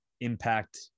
impact